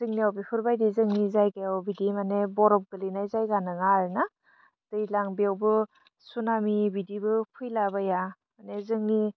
जोंनियाव बेफोरबादि जोंनि जायगायाव बिदि मानि बरफ गोलैनाय जायगा नङा आरोना दैलां बेवबो सुनामि बिदिबो फैला बाइया मानि जोंनि